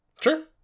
Sure